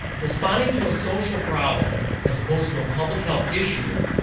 responding to a social problem as opposed to a public health issue